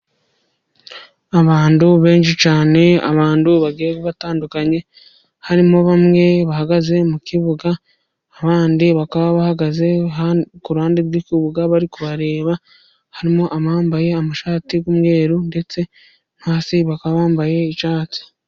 Abantu benshi cyane, abantu bagiye batandukanye, harimo bamwe bahagaze mu kibuga, abandi bahagaze ku ruhande rw'ikibuga bari kubareba, harimo abambaye amashati y'umweru ndetse hasi bakaba bambaye icyatsi.